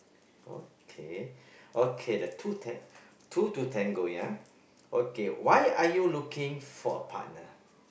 okay okay the two tang~ two to tango ya okay why are you looking for a partner